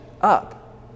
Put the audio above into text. up